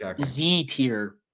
Z-tier